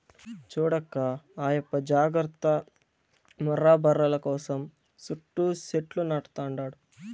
చూడక్కా ఆయప్ప జాగర్త ముర్రా బర్రెల కోసం సుట్టూ సెట్లు నాటతండాడు